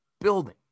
building